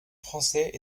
français